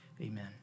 Amen